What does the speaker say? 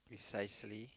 precisely